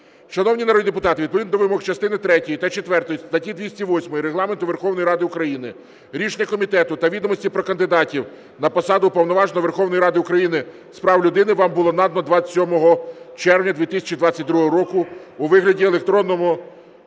Шановні народні депутати, відповідно до вимог частини третьої та четвертої статті 208 Регламенту Верховної Ради України рішення комітету та відомості про кандидатів на посаду Уповноваженого Верховної Ради України з прав людини вам було надано 27 червня 2022 року у вигляді електронному через